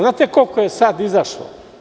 Znate li koliko je sada izašlo?